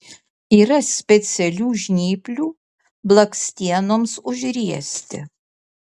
yra specialių žnyplių blakstienoms užriesti